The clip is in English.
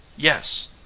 yes,